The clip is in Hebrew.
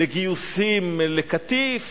לגיוסים לקטיף